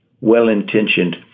well-intentioned